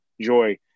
joy